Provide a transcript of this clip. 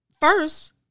first